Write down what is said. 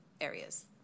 areas